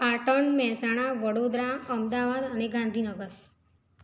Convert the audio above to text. પાટણ મહેસાણા વડોદરા અમદાવાદ અને ગાંધીનગર